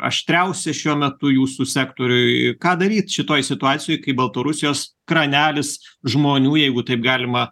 aštriausia šiuo metu jūsų sektoriuj ką daryti šitoj situacijoj kai baltarusijos kranelis žmonių jeigu taip galima